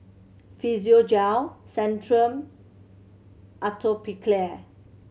Physiogel Centrum Atopiclair